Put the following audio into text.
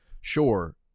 sure